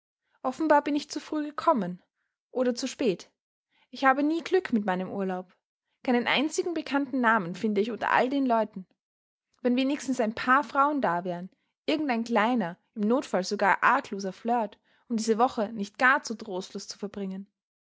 offenbar bin ich zu früh gekommen oder zu spät ich habe nie glück mit meinem urlaub keinen einzigen bekannten namen finde ich unter all den leuten wenn wenigstens ein paar frauen da wären irgendein kleiner im notfall sogar argloser flirt um diese woche nicht gar zu trostlos zu verbringen